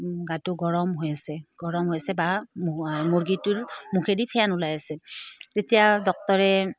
গাটো গৰম হৈ আছে গৰম হৈছে বা মুৰ্গীটো মুখেদি ফেন ওলাই আছে তেতিয়া ডাক্তৰে